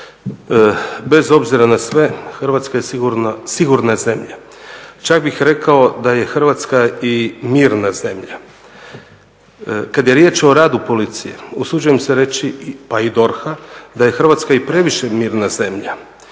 Bez obzira na sve Hrvatska je sigurna zemlja, čak bih rekao da je Hrvatska i mirna zemlja. Kad je riječ o radu Policije usuđujem se reći pa i DORH-a da je Hrvatska i previše mirna zemlja,